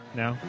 now